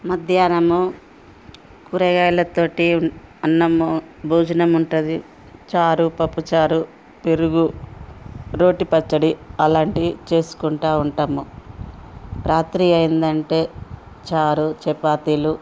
మధ్యాహ్నము కూరగాయలతో అన్నం భోజనం ఉంటుంది చారు పప్పు చారు పెరుగు రోటి పచ్చడి అలాంటివి చేసుకుంటూ ఉంటాము రాత్రి అయిందంటే చారు చపాతీలు